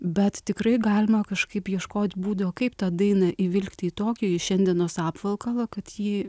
bet tikrai galima kažkaip ieškot būdo o kaip tą dainą įvilkti į tokį šiandienos apvalkalą kad ji